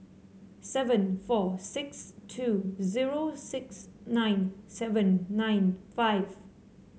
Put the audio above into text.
seven four six two zero six nine seven nine five